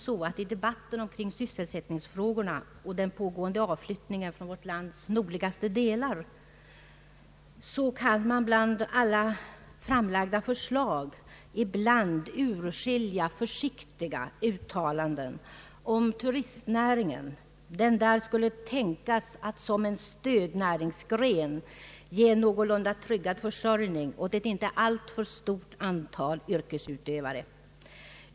I debatten om sysselsättningsfrågorna och den pågående avflyttningen från vårt lands nordligaste delar kan man bland alla framlagda förslag ibland urskilja försiktiga uttalanden om turistnäringen, den där skulle tänkas att som en stödnäringsgren kunna ge en någorlunda tryggad försörjning åt ett inte alltför stort antal yrkesutövare.